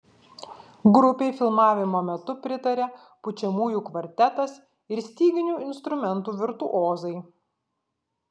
grupei filmavimo metu pritarė pučiamųjų kvartetas ir styginių instrumentų virtuozai